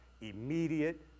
immediate